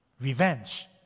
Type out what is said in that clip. revenge